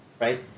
right